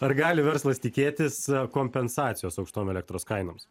ar gali verslas tikėtis kompensacijos aukštom elektros kainoms